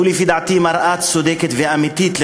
שלפי דעתי הוא מראה צודקת ואמיתית של